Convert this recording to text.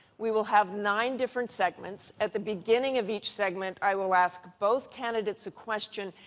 we will have nine different segments. at the beginning of each segment, i will ask both candidates a question,